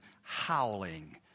howling